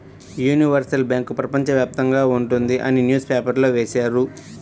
universal bank ప్రపంచ వ్యాప్తంగా ఉంటుంది అని న్యూస్ పేపర్లో వేశారు